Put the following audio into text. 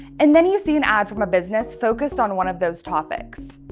and then you see an ad from a business focused on one of those topics.